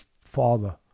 father